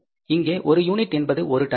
இங்கே ஒரு யூனிட் என்பது ஒரு டன் ஆகும்